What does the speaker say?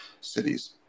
cities